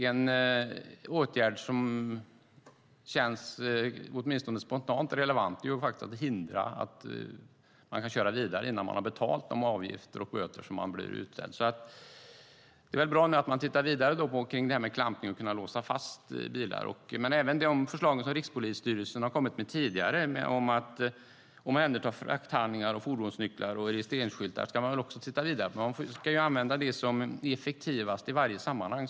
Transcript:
En åtgärd som, åtminstone spontant, känns relevant är att hindra förare att köra vidare innan de har betalat de avgifter och böter som de ska betala. Det är väl bra att man tittar vidare på det här med klampning och att kunna låsa fast bilar. Men man ska väl även titta vidare på de förslag som Rikspolisstyrelsen har kommit med tidigare om att omhänderta frakthandlingar, fordonsnycklar och registreringsskyltar. Man ska ju använda det som är effektivast i varje sammanhang.